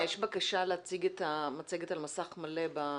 יש בקשה להציג את המצגת על מסך מלא ב-זום.